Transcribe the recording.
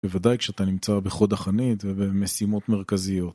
בוודאי כשאתה נמצא בחוד החנית ובמשימות מרכזיות.